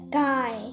guy